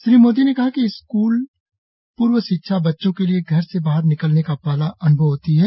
श्री मोदी ने कहा कि स्क्ल पर्व शिक्षा बच्चों के लिए घर से बाहर निकलने का पहला अन्भव होती है